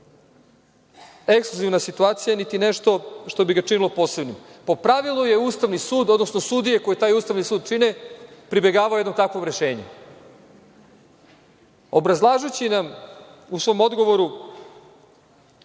ekskluzivna situacija, niti nešto što bi ga činilo posebnim. Po pravilu je Ustavni sud, odnosno sudije koji taj Ustavni sud čine, pribegavaju jednog takvog rešenja. Obrazlažući nam u svom odgovoru